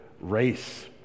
race